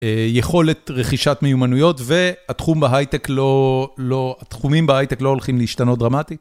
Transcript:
יכולת רכישת מיומנויות והתחומים בהייטק לא הולכים להשתנות דרמטית.